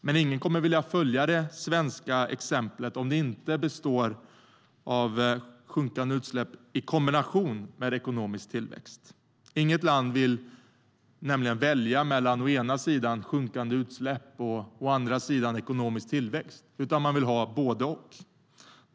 Men ingen kommer att vilja följa det svenska exemplet om det inte består av sjunkande utsläpp i kombination med ekonomisk tillväxt. Inget land vill välja mellan sjunkande utsläpp och ekonomisk tillväxt, utan man vill ha både och.